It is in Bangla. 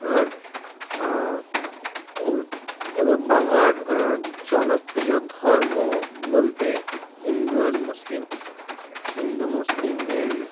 এবার এবার বাংলার জনপ্রিয় ধর্ম বলতে হিন্দু আর মুসলিম হিন্দু মুসলিমের